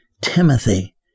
Timothy